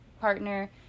partner